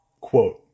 Quote